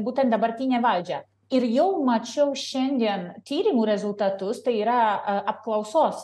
būtent dabartine valdžia ir jau mačiau šiandien tyrimų rezultatus tai yra apklausos